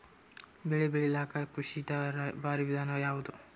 ಬೆಳೆ ಬೆಳಿಲಾಕ ಕೃಷಿ ದಾಗ ಭಾರಿ ವಿಧಾನ ಯಾವುದು?